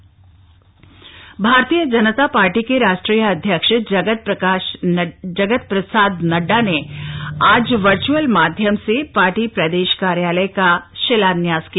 भाजपा प्रदेश कार्यालय भारतीय जनता पार्टी के राष्ट्रीय अध्यक्ष जगत प्रसाद नड्डा ने आज वर्च्अल माध्यम से पार्टी प्रदेश कार्यालय का शिलान्यास किया